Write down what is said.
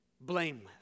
blameless